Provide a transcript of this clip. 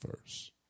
first